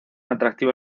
atractivo